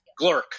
Glork